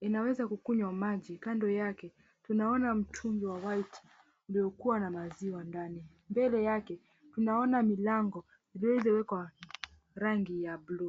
Inaweza kukunywa maji. Kando yake, tunaona mtungi wa white uliokuwa na maziwa ndani. Mbele yake tunaona milango zilizowekwa rangi ya blue .